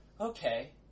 Okay